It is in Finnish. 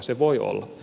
se voi olla